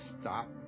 stop